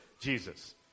Jesus